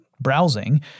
browsing